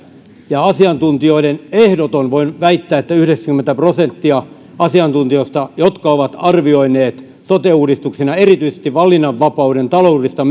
ja asiantuntijoista ehdoton enemmistö voin väittää että yhdeksänkymmentä prosenttia asiantuntijoista jotka ovat arvioineet sote uudistuksen ja erityisesti valinnanvapauden taloudellista